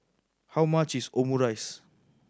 how much is Omurice